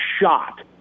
shot